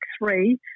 three